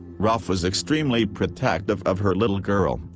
ruff was extremely protective of her little girl,